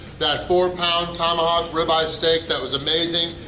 that four pound tomahawk ribeye steak, that was amazing!